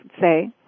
say